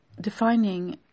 defining